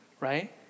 right